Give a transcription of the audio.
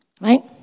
Right